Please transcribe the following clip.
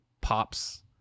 pops